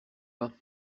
pas